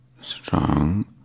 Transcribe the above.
strong